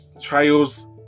trials